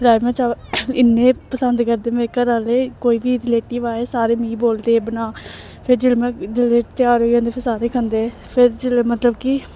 राजमांह् चावल इन्ने पसंद करदे मेरे घरा आह्ले कोई बी रिलेटिव आए सारे मिगी बोलदे बना फिर जेल्लै में जेल्लै त्यार होई जंदे फिर सारे खंदे फिर जेल्लै मतलब कि